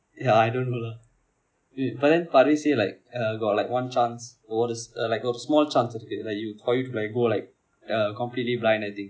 yeah I don't know lah but then parves say like[eh]got like one chance ஒரு:oru s~ like ஒரு:oru small chance இருக்கு:iruku that you can go like a completely blind he